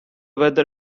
weather